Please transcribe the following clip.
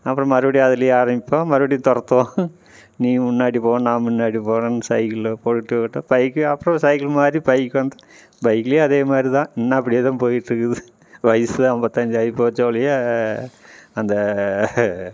அப்புறம் மறுபடி அதுலேயே ஆரம்பிப்போம் மறுபடியும் துரத்துவோம் நீ முன்னாடி போ நான் முன்னாடி போகிறேன்னு சைக்கிளில் போய்விட்டு விட்டு பைக்கு அப்புறம் சைக்கிள் மாதிரி பைக் வந்து பைக்லேயும் அதே மாதிரி தான் இன்னும் அப்படியே தான் போய்கிட்ருக்குது வயிசும் ஐம்பத்தஞ்சி ஆகி போச்சே ஒழிய அந்த